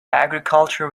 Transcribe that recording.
agriculture